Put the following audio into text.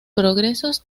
progresos